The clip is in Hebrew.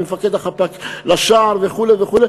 ממפקד החפ"ק לשער וכו' וכו'.